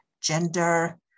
gender